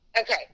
Okay